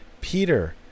Peter